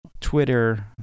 twitter